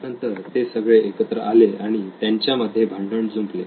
त्यानंतर ते सगळे एकत्र आले आणि त्यांच्या मध्ये भांडण जुंपले